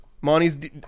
Monty's